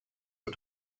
for